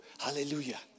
Hallelujah